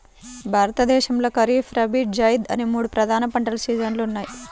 భారతదేశంలో ఖరీఫ్, రబీ, జైద్ అనే మూడు ప్రధాన పంటల సీజన్లు ఉన్నాయి